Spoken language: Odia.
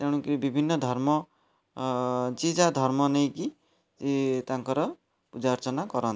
ତେଣୁକି ବିଭିନ୍ନ ଧର୍ମ ଯିଏ ଯାହା ଧର୍ମ ନେଇକି ତାଙ୍କର ପୂଜାଅର୍ଚ୍ଚନା କରନ୍ତି